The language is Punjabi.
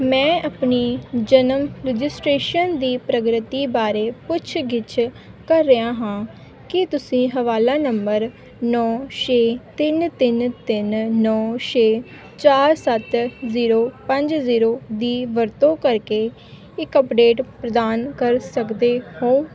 ਮੈਂ ਆਪਣੀ ਜਨਮ ਰਜਿਸਟ੍ਰੇਸ਼ਨ ਦੀ ਪ੍ਰਗਤੀ ਬਾਰੇ ਪੁੱਛਗਿੱਛ ਕਰ ਰਿਹਾ ਹਾਂ ਕੀ ਤੁਸੀਂ ਹਵਾਲਾ ਨੰਬਰ ਨੌਂ ਛੇ ਤਿੰਨ ਤਿੰਨ ਤਿੰਨ ਨੌਂ ਛੇ ਚਾਰ ਸੱਤ ਜ਼ੀਰੋ ਪੰਜ ਜ਼ੀਰੋ ਦੀ ਵਰਤੋਂ ਕਰਕੇ ਇੱਕ ਅੱਪਡੇਟ ਪ੍ਰਦਾਨ ਕਰ ਸਕਦੇ ਹੋ